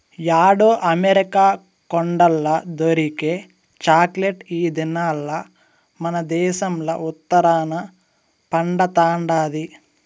యాడో అమెరికా కొండల్ల దొరికే చాక్లెట్ ఈ దినాల్ల మనదేశంల ఉత్తరాన పండతండాది